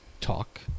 talk